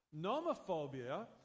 Nomophobia